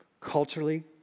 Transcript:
culturally